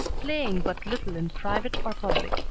playing but little in private or public,